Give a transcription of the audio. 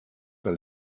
par